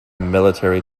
military